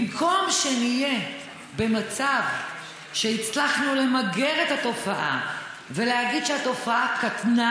במקום שנהיה במצב שהצלחנו למגר את התופעה ולהגיד שהתופעה קטנה,